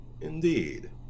Indeed